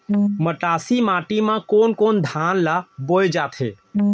मटासी माटी मा कोन कोन धान ला बोये जाथे?